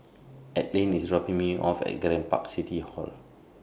Adline IS dropping Me off At Grand Park City Hall